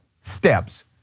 steps